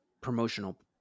promotional